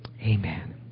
Amen